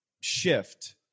shift